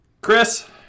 Chris